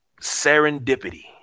serendipity